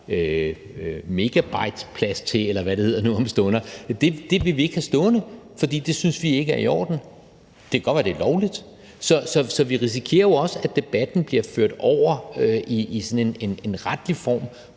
megabyteplads til, eller hvad det hedder nu om stunder – de vil ikke have det stående, for de synes ikke, det er i orden, men det kan godt være, det er lovligt. Så vi risikerer også, at debatten bliver ført over i sådan en retlig form,